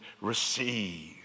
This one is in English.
receive